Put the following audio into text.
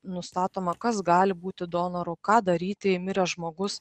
nustatoma kas gali būti donoru ką daryti jei miręs žmogus